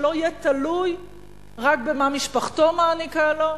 שלא יהיה תלוי רק במה שמשפחתו מעניקה לו,